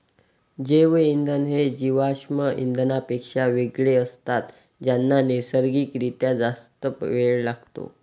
जैवइंधन हे जीवाश्म इंधनांपेक्षा वेगळे असतात ज्यांना नैसर्गिक रित्या जास्त वेळ लागतो